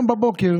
הבוקר